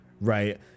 right